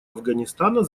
афганистана